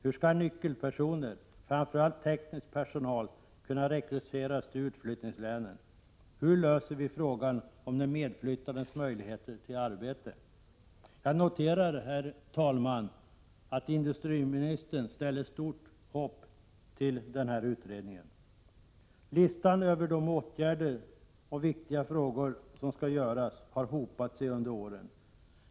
Hur skall nyckelpersoner, framför allt teknisk personal, kunna rekryteras till utflyttningslänen? Hur löser vi frågan om de medflyttandes möjligheter till arbete? Jag noterar, herr talman, att industriministern sätter stort hopp till den här utredningen. Listan går att göra mycket lång över alla viktiga frågor som hopat sig under åren.